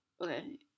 Okay